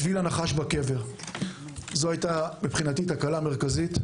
שביל הנחש בקבר, זאת הייתה מבחינתי תקלה מרכזית.